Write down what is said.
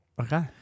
Okay